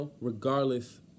regardless